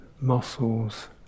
muscles